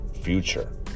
future